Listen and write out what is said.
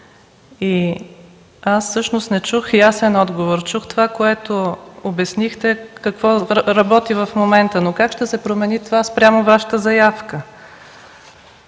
Аз всъщност не чух ясен отговор, а чух това, което обяснихте какво работи в момента. Но как ще се промени това спрямо Вашата заявка?